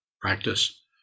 Practice